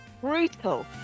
brutal